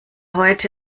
heute